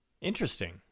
Interesting